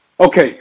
Okay